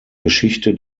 geschichte